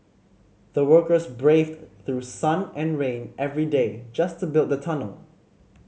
the workers braved through sun and rain every day just to build the tunnel